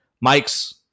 Mike's